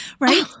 Right